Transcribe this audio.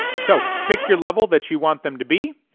so pick your level that you want them to be.